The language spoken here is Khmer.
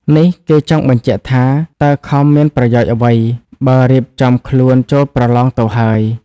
នេះគេចង់បញ្ជាក់ថាតើខំមានប្រយោជន៍អ្វី បើរៀបចំខ្លួនចូលប្រលងទៅហើយ ។